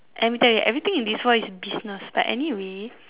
let me tell you everything in this world is business but anyway